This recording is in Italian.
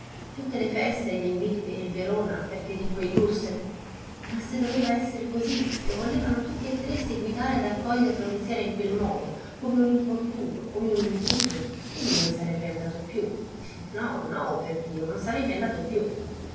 tutte le feste e gl'inviti per il verona perché ricco e illustre ma se doveva esser così se volevano tutti e tre seguitare ad accoglierlo ogni sera a quel modo come un importuno come un intruso egli non sarebbe andato più no no perdio non sarebbe andato più